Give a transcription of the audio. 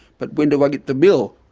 but when do i get the bill?